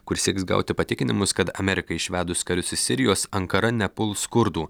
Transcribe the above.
kur sieks gauti patikinimus kad amerikai išvedus karius iš sirijos ankara nepuls kurdų